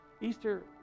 Easter